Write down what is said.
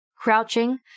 Crouching